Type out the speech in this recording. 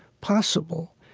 possible,